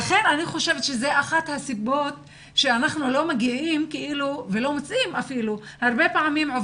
אני חושבת שזה אחת הסיבות שאנחנו הרבה פעמים לא מוצאים